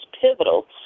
pivotal